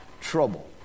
trouble